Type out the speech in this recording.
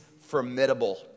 formidable